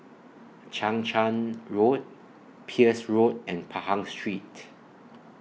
Chang Charn Road Peirce Road and Pahang Street